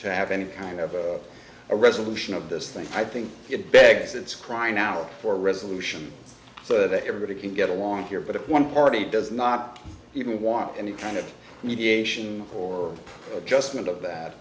to have any kind of a resolution of this thing i think it begs it's crying out for resolution so that everybody can get along here but if one party does not even want any kind of mediation or adjustment of